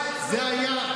זה היה,